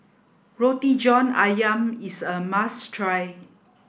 Roti John Ayam is a must try